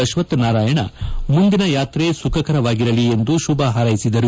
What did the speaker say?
ಅಶ್ವತ್ ನಾರಾಯಣ ಮುಂದಿನ ಯಾತ್ರೆ ಸುಖಕರವಾಗಿರಲಿ ಎಂದು ಶುಭ ಹಾರ್ಮೆಸಿದರು